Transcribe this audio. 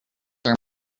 are